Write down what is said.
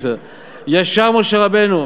ישר משה רבנו.